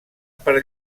per